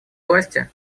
власти